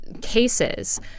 cases